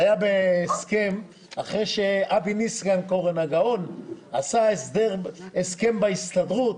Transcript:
זה היה בהסכם אחרי שאבי ניסנקורן הגאון עשה הסכם בהסתדרות